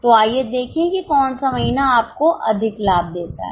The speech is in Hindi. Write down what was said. तो आइए देखें कि कौन सा महीना आपको अधिक लाभ देता है